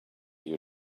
you